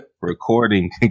recording